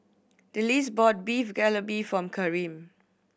Delcie bought Beef Galbi for Karim